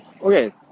Okay